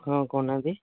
ହଁ କହୁନାହାନ୍ତି